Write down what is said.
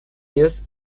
ellos